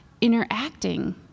interacting